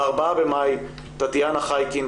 ב-4 במאי טטיאנה חייקין,